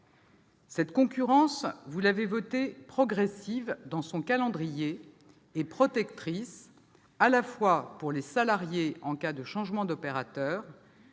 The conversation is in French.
Cette concurrence, vous l'avez voulue progressive dans son calendrier et protectrice, tant pour les salariés, en cas de changement d'opérateur,